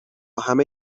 همه